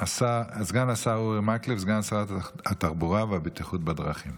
סגן שרת התחבורה והבטיחות בדרכים